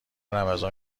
رمضان